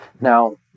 Now